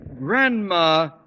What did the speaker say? Grandma